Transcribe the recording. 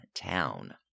town